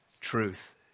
truth